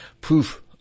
proof